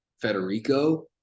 Federico